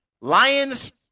Lions